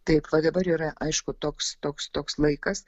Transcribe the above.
taip va dabar yra aišku toks toks toks laikas